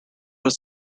were